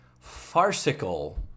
farcical